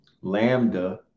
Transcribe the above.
Lambda